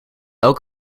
elk